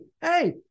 Hey